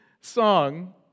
song